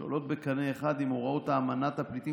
שעולות בקנה אחד עם הוראות אמנת הפליטים